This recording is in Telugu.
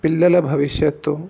పిల్లల భవిష్యత్తు